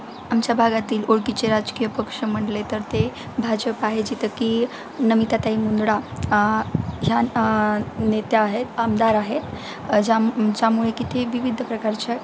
आमच्या भागातील ओळखीचे राजकीय पक्ष म्हणले तर ते भाजप आहे जिथं की नमिता ताई मुंदडा ह्या नेत्या आहेत आमदार आहेत ज्या ज्यामुळे की ते विविध प्रकारच्या